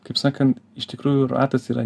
kaip sakant iš tikrųjų ratas yra